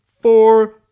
four